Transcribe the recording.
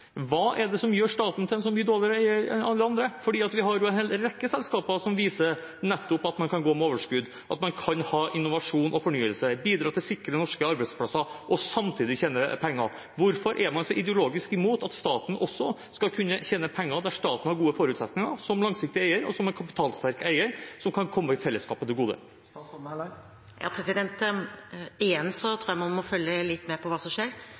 er hva det er som gjør staten til en så mye dårligere eier enn alle de andre. For vi har en hel rekke selskaper som viser nettopp at man kan gå med overskudd, ha innovasjon og fornyelse, bidra til sikre norske arbeidsplasser og samtidig tjene penger. Hvorfor er man så ideologisk imot at staten også skal kunne tjene penger som kan komme fellesskapet til gode, der staten har gode forutsetninger som langsiktig og kapitalsterk eier?